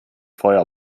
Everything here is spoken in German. feuer